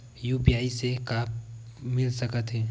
UPI से का मिल सकत हे?